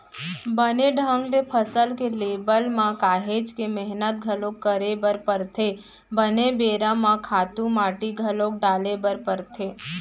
बने ढंग ले फसल के लेवब म काहेच के मेहनत घलोक करे बर परथे, बने बेरा म खातू माटी घलोक डाले बर परथे